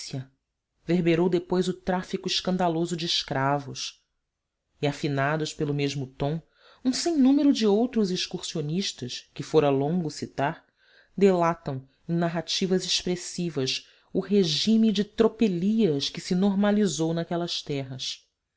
justicia verberou depois o tráfico escandaloso de escravos e afinados pelo mesmo tom um sem número de outros excursionistas que fora longo citar delatam em narrativas expressivas o regime de tropelias que se normalizou naquelas terras